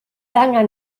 angen